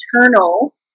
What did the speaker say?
internal